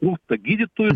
trūksta gydytojų